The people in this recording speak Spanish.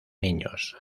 niños